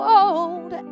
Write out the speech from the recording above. old